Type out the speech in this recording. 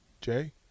Jay